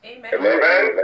Amen